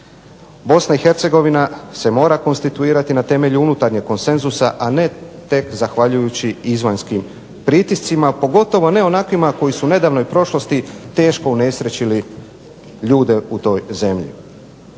Bosna i Hercegovina se mora konstituirati na temelju unutarnjeg konsenzusa, a ne tek zahvaljujući izvanjskim pritiscima pogotovo ne onakvima koji su u nedavnoj prošlosti teško unesrećili ljude u toj zemlji.